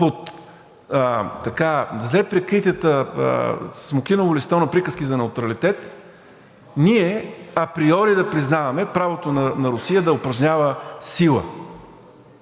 под зле прикритото смокиново листо на приказки за неутралитет, ние априори да признаваме правото на Русия да упражнява сила.